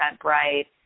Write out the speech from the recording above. bright